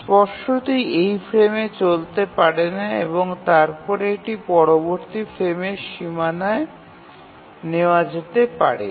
স্পষ্টতই এই ফ্রেমে চলতে পারে না এবং তারপরে এটি পরবর্তী ফ্রেমের সীমানায় নেওয়া যেতে পারে